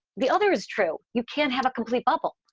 the other is true. you can't have a complete bubble.